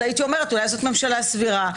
הייתי אומרת: אולי זו ממשלה סבירה.